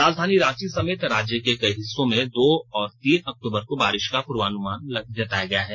राजधानी रांची समेत राज्य के कई हिस्सों में दो और तीन अक्तूबर को बारिश का पूर्वानुमान जताया गया है